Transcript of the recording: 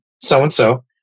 so-and-so